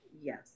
Yes